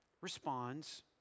responds